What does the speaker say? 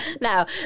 Now